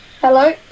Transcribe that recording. Hello